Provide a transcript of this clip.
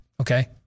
Okay